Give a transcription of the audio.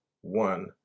one